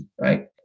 right